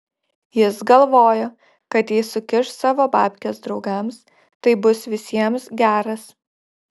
jis galvojo kad jei sukiš savo babkes draugams tai bus visiems geras